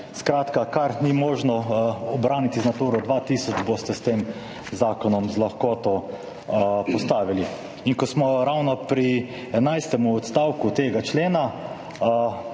kar ni možno ubraniti z Naturo 2000, boste s tem zakonom z lahkoto postavili. Ko smo ravno pri 11. odstavku tega člena,